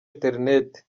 interinete